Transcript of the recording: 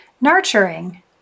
Nurturing